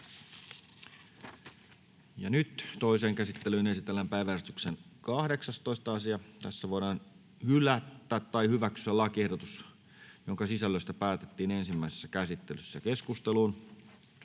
Toiseen käsittelyyn esitellään päiväjärjestyksen 10. asia. Nyt voidaan hyväksyä tai hylätä lakiehdotukset, joiden sisällöstä päätettiin ensimmäisessä käsittelyssä.